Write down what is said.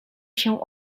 się